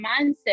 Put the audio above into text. mindset